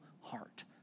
heart